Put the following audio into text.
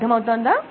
అర్థమవుతోందా